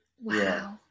Wow